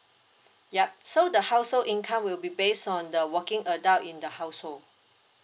yup so the household income will be based on the working adult in the household